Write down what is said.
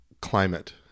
climate